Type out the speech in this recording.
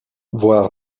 voir